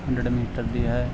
hundred metre ਦੀ ਹੈ